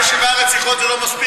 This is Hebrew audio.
67 רציחות זה לא מספיק?